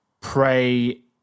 pray